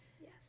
Yes